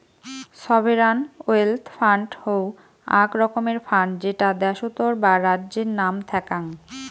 sovereign wealth fund হউ আক রকমের ফান্ড যেটা দ্যাশোতর বা রাজ্যের নাম থ্যাক্যাং